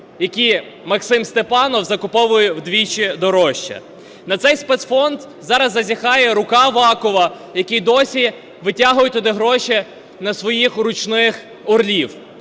які Максим Степанов закуповує вдвічі дорожче. На цей спецфонд зараз зазіхає рука Авакова, який досі витягує туди гроші на своїх ручних орлів.